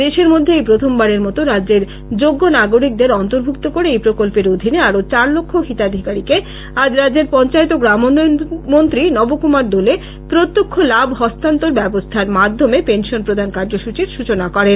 দেশের মধ্যে এই প্রথম বারের মতো রাজ্যের যোগ্য নাগরিকদের অন্তভুক্ত করে এই প্রকল্পের অধিনে আরো চার লক্ষ হিতাধিকারীকে আজ রাজ্যের পঞ্চায়েত ও গ্রামোন্নয়ন মন্ত্রী নব কুমার দোলে প্রত্যক্ষ লাভ হস্তান্তর ব্যবস্থার মাধ্যামে পেনশন প্রদান কার্য্যসূচীর সূচনা করেন